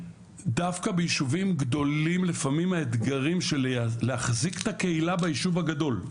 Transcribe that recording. דווקא בישובים גדולים לפעמים האתגרים של להחזיק את הקהילה ביישוב הגדול,